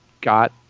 got